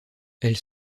elles